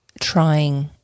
trying